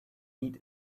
need